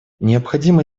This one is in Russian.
необходимо